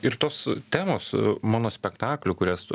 ir tos temos monospektaklių kurias tu